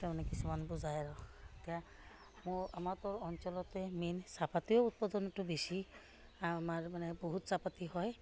তাৰমানে কিছুমান বুজায় আৰু এতিয়া মোৰ আমাৰতো অঞ্চলতে মেইন চাহপাতটোৱে উৎপাদনটো বেছি আমাৰ মানে বহুত চাহপাত হয়